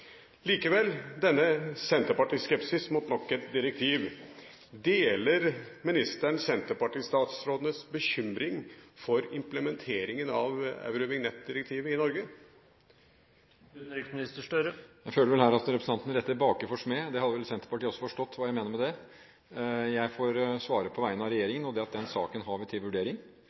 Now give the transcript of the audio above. Likevel ser man denne senterpartiskepsis mot nok et direktiv. Deler ministeren senterpartistatsrådenes bekymring for implementeringen av eurovignettdirektivet i Norge? Jeg føler vel her at representanten retter baker for smed; Senterpartiet hadde vel også forstått hva jeg mener med det. Jeg får svare på vegne av regjeringen, og det er at den saken har vi til vurdering.